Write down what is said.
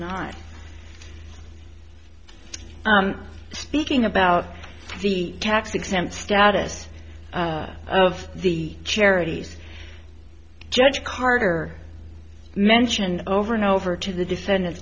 not speaking about the tax exempt status of the charities judge carter mentioned over and over to the defendant